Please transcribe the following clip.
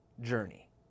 journey